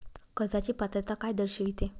कर्जाची पात्रता काय दर्शविते?